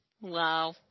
Wow